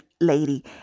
lady